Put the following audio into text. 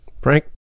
Frank